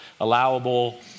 allowable